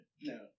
No